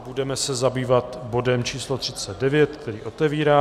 Budeme se zabývat bodem číslo 39, který otevírám.